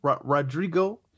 Rodrigo